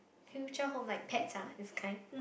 future home like pets ah this kind